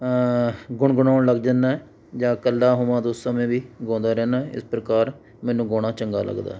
ਗੁਣ ਗੁਣਾਉਣ ਲੱਗ ਜਾਂਦਾ ਜਾਂ ਇਕੱਲਾ ਹੋਵਾ ਉਸ ਸਮੇਂ ਵੀ ਗਾਉਂਦਾ ਰਹਿੰਦਾ ਇਸ ਪ੍ਰਕਾਰ ਮੈਨੂੰ ਗਾਉਣਾ ਚੰਗਾ ਲੱਗਦਾ ਹੈ